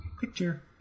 Picture